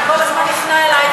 וכל הזמן הפנה אלי,